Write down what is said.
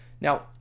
Now